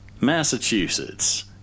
Massachusetts